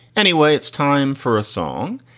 anyway, it's time for a song.